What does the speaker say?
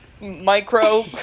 micro